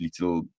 little